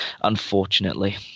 unfortunately